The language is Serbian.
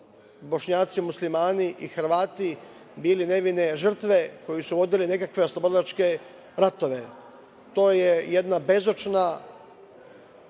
Bošnjaci, Muslimani i Hrvati bili nevine žrtve koje su vodili nekakve oslobodilačke ratove. To je jedna bezočna